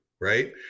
right